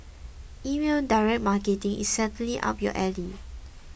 email direct marketing is certainly up your alley